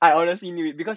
I always see him because